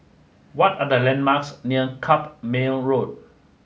what are the landmarks near Carpmael Road